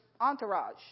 entourage